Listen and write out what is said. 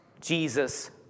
Jesus